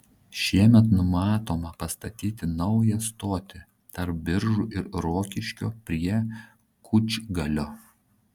šiemet numatoma pastatyti naują stotį tarp biržų ir rokiškio prie kučgalio